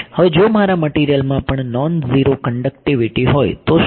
હવે જો મારા મટિરિયલમાં પણ નોન ઝીરો કંડકટીવીટી હોય તો શું